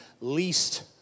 least